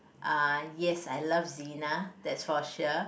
uh yes I love Zyna that's for sure